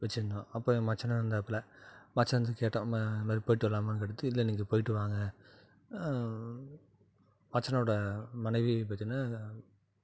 வச்சிருந்தோம் அப்போ ன் மச்சினன் இருந்தாப்புல மச்சான் வந்து கேட்டோம் ம இந்தமாதிரி போயிட்டு வரலாமான்னு கேட்டதுக்கு இல்லை நீங்கள் போயிட்டு வாங்க மச்சானோடய மனைவி பார்த்தின்னா